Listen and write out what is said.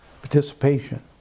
participation